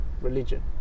religion